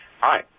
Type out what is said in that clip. Hi